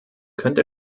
könnte